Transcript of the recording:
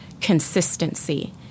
consistency